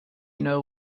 know